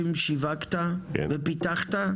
באל-קסום אין היתרים מסיבה פשוטה - אנחנו שם בתהליך של הסדרה.